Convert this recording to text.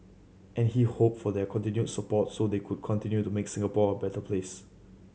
and he hoped for their continued support so they could continue to make Singapore a better place